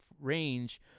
range